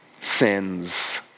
sins